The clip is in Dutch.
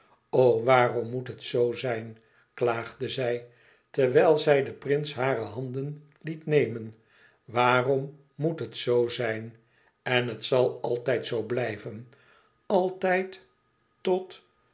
waarom moet het zoo zijn klaagde zij terwijl zij den prins hare handen liet nemen waarom moet het zoo zijn en het zal altijd zoo blijven altijd tot